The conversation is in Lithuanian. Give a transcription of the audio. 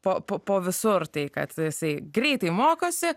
po po po visur tai kad jisai greitai mokosi